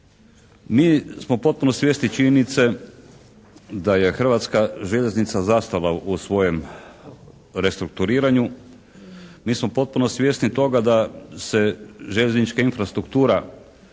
Mi smo potpuno svjesni činjenice da je Hrvatska željeznica zastala u svojem restrukturiranju. Mi smo potpuno svjesni toga da se željeznička infrastruktura